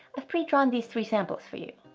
i've pre-drawn these three samples for you.